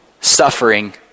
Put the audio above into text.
suffering